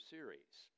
Series